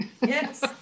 Yes